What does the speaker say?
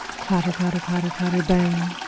clatter, clatter, clatter, clatter, bang!